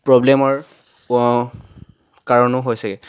প্ৰব্লেমৰ কাৰণো হৈছেগৈ